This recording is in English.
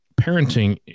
Parenting